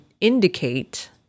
indicate